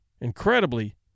incredibly